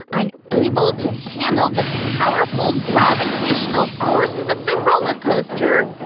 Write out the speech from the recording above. and unable to handle the powerful gravitational forces of the roller coaster,